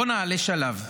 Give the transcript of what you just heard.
בואו נעלה שלב.